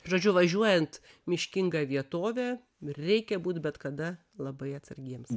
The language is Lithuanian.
žodžiu važiuojant miškinga vietove reikia būti bet kada labai atsargiems